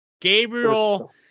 Gabriel